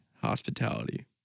hospitality